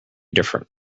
different